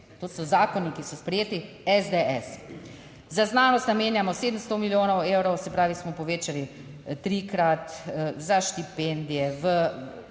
to so zakoni, ki so sprejeti, SDS. Za znanost namenjamo 700 milijonov evrov, se pravi, smo povečali trikrat za štipendije,